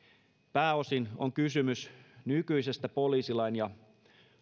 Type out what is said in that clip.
pääosin on kysymys nykyisistä poliisilain ja